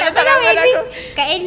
kalau imagine kak elly